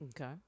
Okay